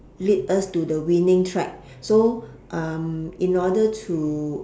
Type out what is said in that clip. lead us to the winning track so um in order to